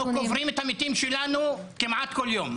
אנחנו קוברים את המתים שלנו כמעט כל יום,